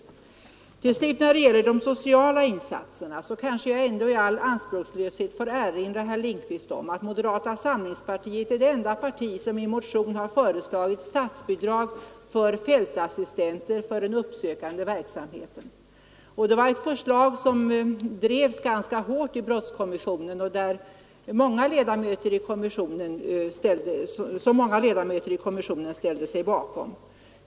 När det gäller de sociala insatserna kanske jag ändå i all anspråkslöshet får erinra herr Lindkvist om att moderata samlingspartiet är det enda parti som i motion har föreslagit statsbidrag till fältassistenter för den uppsökande verksamheten. Det var ett förslag som drevs ganska hårt i brottskommissionen och som många ledamöter i kommissionen ställde sig bakom.